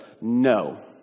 No